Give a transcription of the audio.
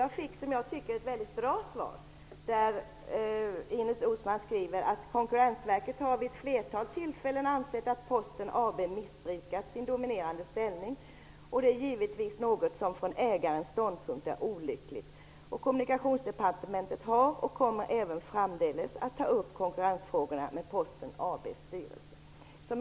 Jag fick som jag tycker ett mycket bra svar, där Ines Uusmann skriver: Konkurrensverket har vid ett flertal tillfällen ansett att Posten AB missbrukat sin dominerande ställning. Det är givetvis något som från ägarens ståndpunkt är olyckligt. Kommunikationsdepartementet har och kommer även framdeles att ta upp konkurrensfrågorna med Posten AB:s styrelse.